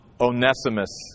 Onesimus